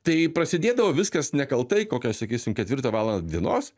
tai prasidėdavo viskas nekaltai kokią sakysim ketvirtą valandą dienos